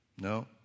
No